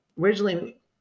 originally